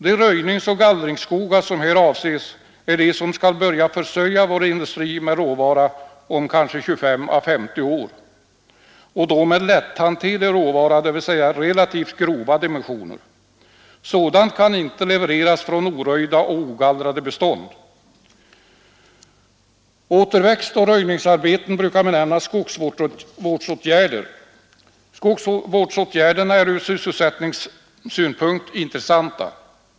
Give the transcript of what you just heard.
De röjningsoch gallringsskogar som här avses är de som skall börja försörja vår industri med råvara om kanske 25—50 år, och då med lätthanterlig råvara, dvs. relativt grova dimensioner. Sådan kan inte levereras från oröjda och ogallrade bestånd. Återväxtoch röjningsarbeten brukar benämnas skogsvårdsåtgärder. Skogsvårdsåtgärderna är ur sysselsättningssynpunkt intressanta.